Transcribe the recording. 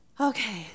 Okay